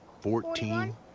fourteen